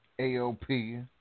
AOP